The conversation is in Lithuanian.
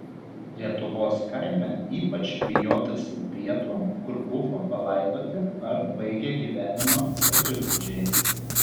lietuvos kaime ypač bijotasi vietų kur buvo palaidoti ar baigė gyvenimą savižudžiai